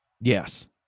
Yes